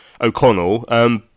O'Connell